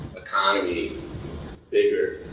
economy bigger.